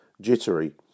jittery